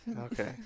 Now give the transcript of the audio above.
Okay